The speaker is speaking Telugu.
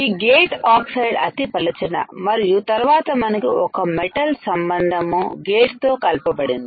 ఈ గేట్ ఆక్సైడ్ అతి పలచన మరియు తర్వాత మనకి ఒక మెటల్ సంబంధము గేట్ తో కలుపబడింది